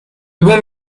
بومم